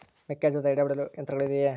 ಮೆಕ್ಕೆಜೋಳದ ಎಡೆ ಒಡೆಯಲು ಯಂತ್ರಗಳು ಇದೆಯೆ?